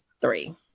three